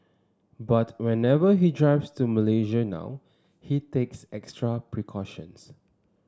but whenever he drives to Malaysia now he takes extra precautions